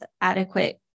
adequate